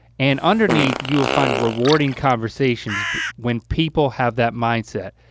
and underneath you will find rewarding conversations when people have that mindset.